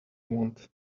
want